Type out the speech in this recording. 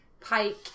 Pike